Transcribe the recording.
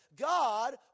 God